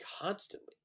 constantly